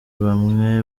bamwe